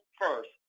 first